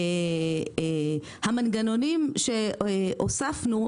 המנגנונים שהוספנו,